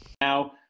Now